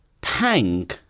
pang